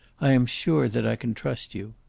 i am sure that i can trust you.